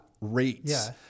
rates